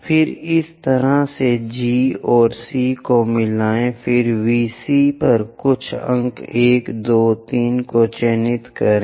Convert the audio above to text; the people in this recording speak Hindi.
फिर इस तरह से G और C को मिलाएं फिर VC पर कुछ अंक 1 2 3 को चिह्नित करें